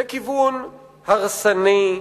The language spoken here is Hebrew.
זה כיוון הרסני,